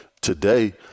today